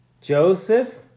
Joseph